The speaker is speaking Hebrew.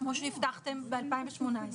היה שהרבה פעמים הם לא זוכים לתעדוף משמעותי